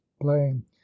playing